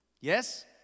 Yes